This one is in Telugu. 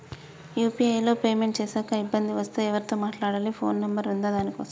యూ.పీ.ఐ లో పేమెంట్ చేశాక ఇబ్బంది వస్తే ఎవరితో మాట్లాడాలి? ఫోన్ నంబర్ ఉందా దీనికోసం?